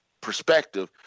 perspective